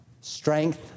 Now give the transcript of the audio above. strength